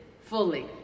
fully